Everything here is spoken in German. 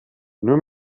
nur